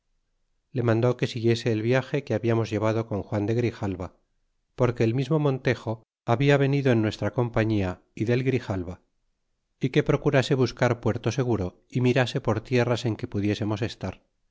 le mandó que siguiese el viage que hablamos llevado con juan de grijalva porque el mismo montejo habla venido en nuestra compañía y del grijalva y que procurase buscar puerto seguro y mirase por tierras en que pudiésemos estar